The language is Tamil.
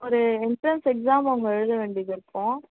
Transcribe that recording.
ஒரு என்ட்ரன்ஸ் எக்ஸாம் ஒன்று எழுத வேண்டியது இருக்கும்